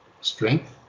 strength